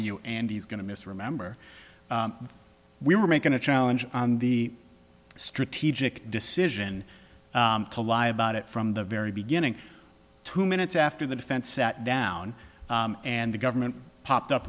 to you and he's going to miss remember we were making to challenge the strategic decision to lie about it from the very beginning two minutes after the defense sat down and the government popped up